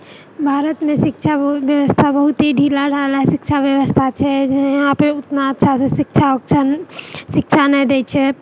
भारतमे शिक्षा व्यवस्था बहुत ही ढीला ढाला शिक्षा व्यवस्था छै इहाँपे ओतना अच्छासँ शिक्षा उक्षा शिक्षा नहि दए छै